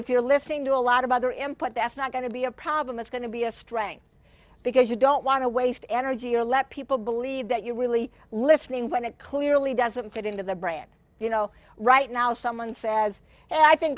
if you're listening to a lot of other import that's not going to be a problem it's going to be a strength because you don't want to waste energy or let people believe that you're really listening when it clearly doesn't fit into their brand you know right now someone says and i think